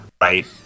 right